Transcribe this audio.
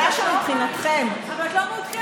העובדה שמבחינתכם, אבל את לא מעודכנת.